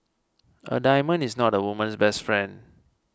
a diamond is not a woman's best friend